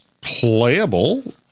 playable